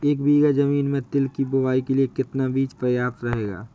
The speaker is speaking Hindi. एक बीघा ज़मीन में तिल की बुआई के लिए कितना बीज प्रयाप्त रहेगा?